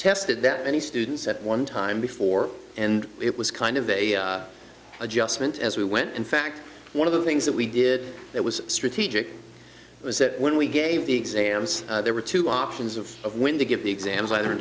tested that many students at one time before and it was kind of a adjustment as we went in fact one of the things that we did that was strategic was that when we gave the exams there were two options of when to give the exams eit